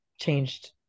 changed